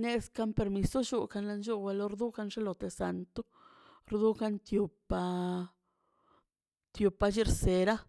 nes kampermiso lluunka lan lluun wa lor duu kanshloteꞌ san tu rdukan tiu pa tiu pa seraꞌ.